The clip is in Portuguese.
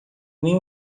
nem